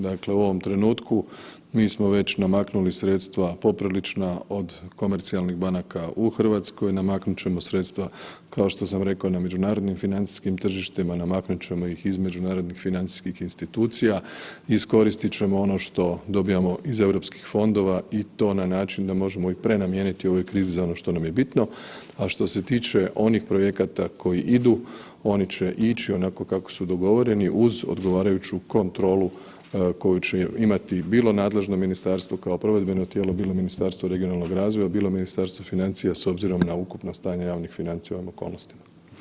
Dakle u ovom trenutku mi smo već namaknuli sredstva poprilična od komercijalnih banaka u Hrvatskoj, namaknut ćemo sredstva kao što sam rekao na međunarodnim financijskim tržištima, namaknut ćemo ih iz međunarodnih financijskih institucija, iskoristit ćemo ono što dobivamo iz europskih fondova i to na način da možemo i prenamijeniti u ovoj krizi za ono što nam je bitno, a što se tiče onih projekata koji idu, oni će ići onako kako su dogovoreni uz odgovarajuću kontrolu koju će imati, bilo nadležna ministarstvo kao provedbeno tijelo, bilo Ministarstvo regionalnog razvoja, bilo Ministarstvo financija s obzirom na ukupno stanje javnih financija u ovim okolnostima.